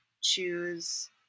choose